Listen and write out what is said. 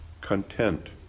content